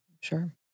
Sure